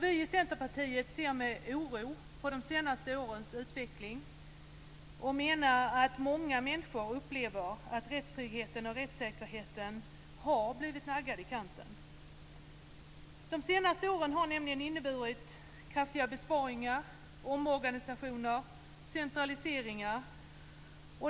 Vi i Centerpartiet ser med oro på de senaste årens utveckling och menar att många människor upplever att rättstryggheten och rättssäkerheten har blivit naggad i kanten. De senaste åren har nämligen inneburit kraftiga besparingar, omorganisationer och centraliseringar.